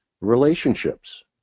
relationships